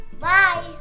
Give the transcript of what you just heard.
Bye